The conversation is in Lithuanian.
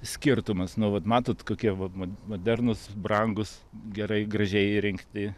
skirtumas nu vat matot kokie va modernus brangūs gerai gražiai įrengti